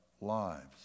lives